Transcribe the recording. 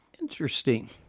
Interesting